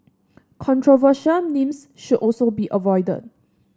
controversial names should also be avoided